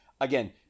again